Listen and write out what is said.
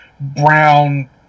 brown